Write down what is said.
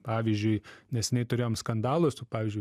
pavyzdžiui neseniai turėjom skandalą su pavyzdžiui